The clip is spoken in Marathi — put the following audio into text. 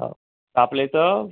हो आपल्या इथं